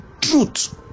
truth